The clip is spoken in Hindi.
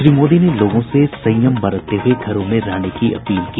श्री मोदी ने लोगों से संयम बरतते हुये घरों में रहने की अपील की